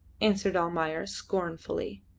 answered almayer, scornfully,